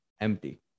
empty